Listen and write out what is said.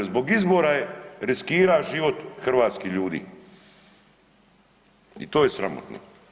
Zbog izbora je riskirao život hrvatskih ljudi i to je sramotno.